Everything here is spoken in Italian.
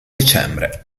dicembre